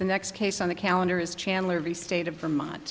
the next case on the calendar is chandler v state of vermont